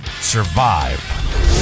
survive